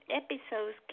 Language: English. episodes